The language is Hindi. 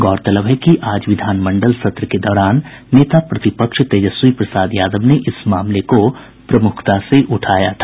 गौरतलब है कि आज विधान मंडल सत्र के दौरान नेता प्रतिपक्ष तेजस्वी प्रसाद यादव ने इस मामले को प्रमुखता से उठाया था